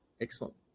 Excellent